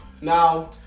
Now